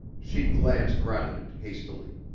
she glanced round it hastily.